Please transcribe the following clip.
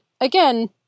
again